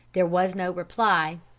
there was no reply.